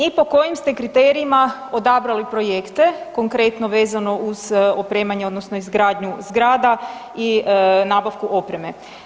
I po kojim ste kriterijima odabrali projekte, konkretno vezano uz opremanje odnosno izgradnju zgrada i nabavku opreme?